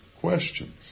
questions